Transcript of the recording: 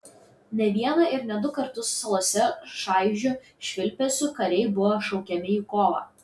ne vieną ir ne du kartus salose šaižiu švilpesiu kariai buvo šaukiami į kovą